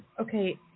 Okay